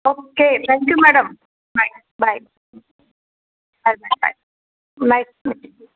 okay thank you madam bye bye bye bye bye bye